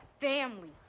family